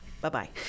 Bye-bye